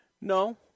No